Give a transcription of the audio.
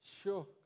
Sure